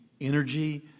energy